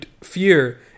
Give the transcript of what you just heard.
fear